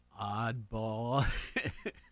oddball